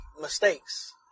mistakes